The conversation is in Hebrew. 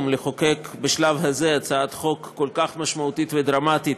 לחוקק בשלב הזה הצעת חוק כל כך משמעותית ודרמטית